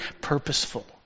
purposeful